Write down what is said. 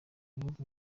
bihugu